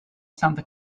santa